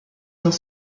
dans